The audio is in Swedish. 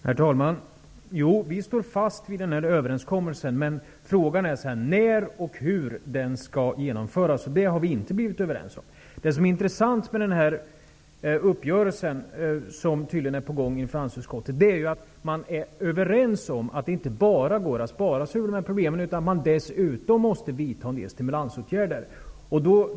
Herr talman! Jo, vi står fast vid denna överenskommelse. Men frågan är sedan när och hur den skall genomföras. Det har vi inte blivit överens om. Det som är intressant med den uppgörelse som tydligen är på gång i finansutskottet är att man är överens om att det inte går att bara spara sig ur dessa problem utan att man dessutom måste vidta en del stimulansåtgärder.